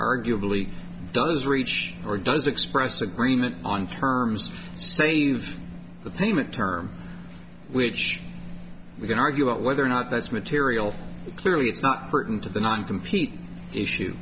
arguably does reach or does express agreement on terms save the payment term which we can argue about whether or not that's material clearly it's not pertinent to the nine compete issue